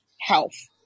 health